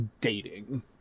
dating